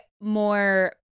more